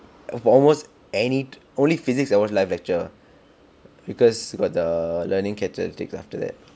of almost any tut~ only physics I watch live lecture because got the learning characteristics after that